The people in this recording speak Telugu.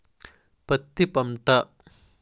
పత్తి పంట